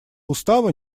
устава